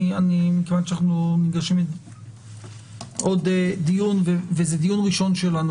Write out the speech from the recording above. מכיוון שאנחנו נדרשים לעוד דיון וזה דיון ראשון שלנו